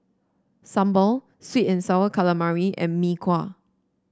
sambal sweet and sour calamari and Mee Kuah